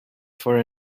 for